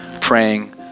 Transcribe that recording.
praying